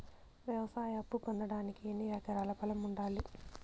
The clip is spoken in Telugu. వ్యవసాయ అప్పు పొందడానికి ఎన్ని ఎకరాల పొలం ఉండాలి?